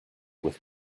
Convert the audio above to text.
with